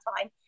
time